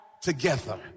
together